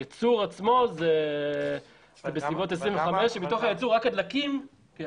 הייצור עצמו הוא בסביבות 25. בתוך הייצור רק הדלקים זה עוד 6-5 אגורות,